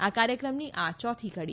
આ કાર્યક્રમની આ યોથી કડી છે